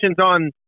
on